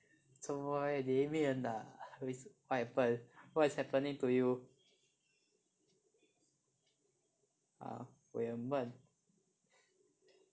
做什么 leh 你念 ah what happen what is happening to you ah 我也很闷